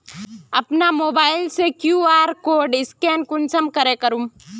अपना मोबाईल से अपना कियु.आर कोड स्कैन कुंसम करे करूम?